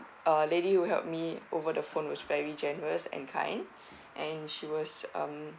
uh lady who helped me over the phone was very generous and kind and she was um